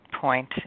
point